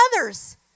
others